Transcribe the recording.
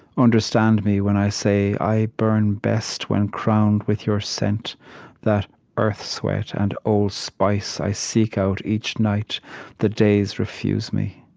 understand me when i say i burn best when crowned with your scent that earth-sweat and old spice i seek out each night the days refuse me.